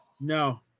No